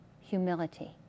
humility